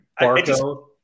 Barco